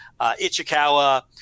Ichikawa